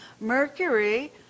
Mercury